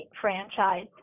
franchise